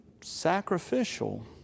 sacrificial